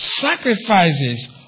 sacrifices